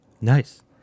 Nice